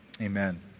amen